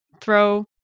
throw